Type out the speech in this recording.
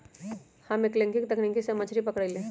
हम एंगलिंग तकनिक से मछरी पकरईली